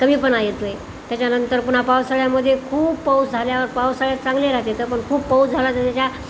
कमीपणा येतो आहे त्याच्यानंतर पुन्हा पावसाळ्यामध्ये खूप पाऊस झाल्यावर पावसाळ्यात चांगले राहते तर पण खूप पाऊस झाला तर त्याच्या